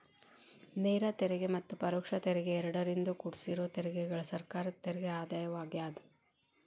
ನೇರ ತೆರಿಗೆ ಮತ್ತ ಪರೋಕ್ಷ ತೆರಿಗೆ ಎರಡರಿಂದೂ ಕುಡ್ಸಿರೋ ತೆರಿಗೆಗಳ ಸರ್ಕಾರದ ತೆರಿಗೆ ಆದಾಯವಾಗ್ಯಾದ